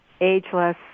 ageless